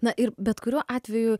na ir bet kuriuo atveju